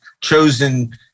chosen